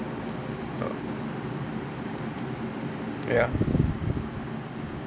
ya